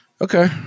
okay